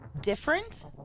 different